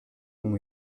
ont